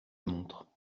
montre